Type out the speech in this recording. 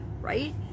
right